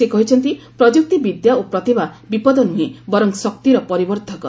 ସେ କହିଛନ୍ତି ପ୍ରଯୁକ୍ତିବିଦ୍ୟା ଓ ପ୍ରତିଭା ବିପଦ ନୁହେଁ ବରଂ ଶକ୍ତିର ପରିବର୍ଦ୍ଧକ